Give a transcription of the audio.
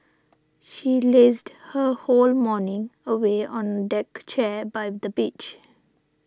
she lazed her whole morning away on a deck chair by the beach